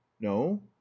no